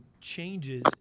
changes